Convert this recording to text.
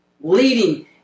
leading